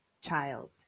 child